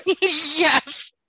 yes